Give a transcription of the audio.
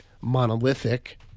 monolithic